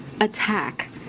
attack